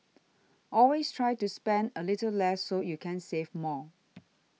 always try to spend a little less so you can save more